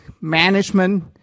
management